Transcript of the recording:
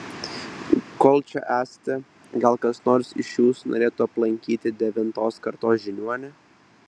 kol čia esate gal kas nors iš jūsų norėtų aplankyti devintos kartos žiniuonį